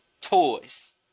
toys